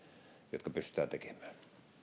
jotka pystytään tekemään